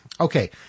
Okay